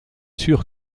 sûr